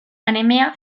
anemia